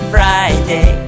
Friday